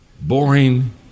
boring